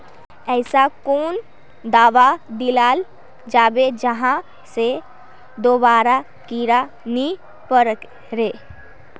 ऐसा कुन दाबा दियाल जाबे जहा से दोबारा कीड़ा नी पकड़े?